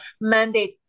mandate